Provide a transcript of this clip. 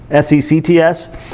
sects